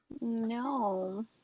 No